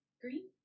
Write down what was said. green